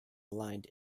aligned